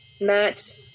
Matt